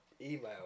email